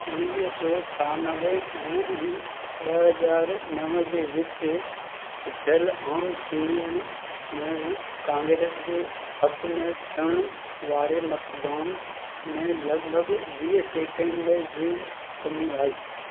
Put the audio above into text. उणिवीह सौ छहानवे ऐं ॿ हज़ार नव जे विच थियलु आम चूंडुनि में कांग्रेस जे हक़ में थियणु वारे मतदान में लॻभॻ वीह सेकड़े जी कमी आई